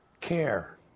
care